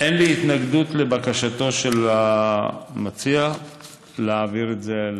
אין לי התנגדות לבקשתו של המציע להעביר את זה,